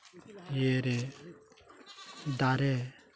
ᱤᱭᱟᱹᱨᱮ ᱫᱟᱨᱮ